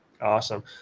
Awesome